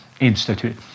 Institute